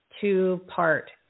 two-part